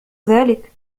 ذلك